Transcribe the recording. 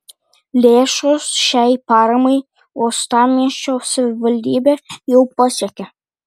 lėšos šiai paramai uostamiesčio savivaldybę jau pasiekė